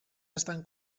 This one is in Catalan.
estan